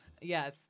yes